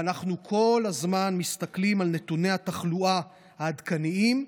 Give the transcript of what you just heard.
ואנחנו כל הזמן מסתכלים על נתוני התחלואה העדכניים,